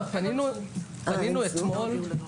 פנינו אתמול.